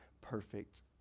perfect